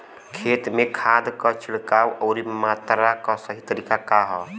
खेत में खाद क छिड़काव अउर मात्रा क सही तरीका का ह?